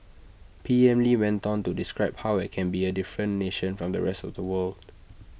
P M lee went on to describe how IT can be A different nation from the rest of the world